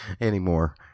anymore